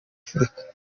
africa